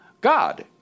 God